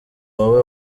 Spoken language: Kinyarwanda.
wowe